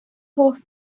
hoff